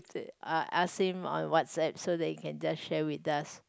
I'll ask him on WhatsApp so that he can just share with us